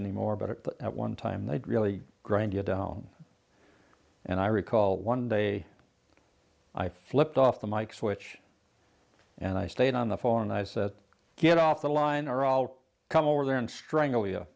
anymore but at one time they really grind you down and i recall one day i flipped off the mike switch and i stayed on the phone and i said get off the line or i'll come over there and strangle you